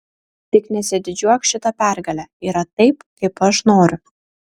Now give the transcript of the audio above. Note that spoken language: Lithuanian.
tik nesididžiuok šita pergale yra taip kaip aš noriu